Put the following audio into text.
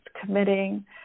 committing